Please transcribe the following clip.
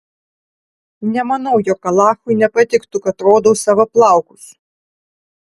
nemanau jog alachui nepatiktų kad rodau savo plaukus